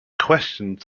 questions